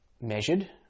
measured